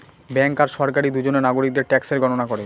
bank আর সরকারি দুজনে নাগরিকদের ট্যাক্সের গণনা করে